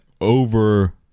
over